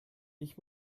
ich